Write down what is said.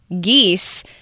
geese